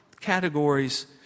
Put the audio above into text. categories